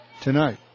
tonight